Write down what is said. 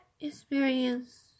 experience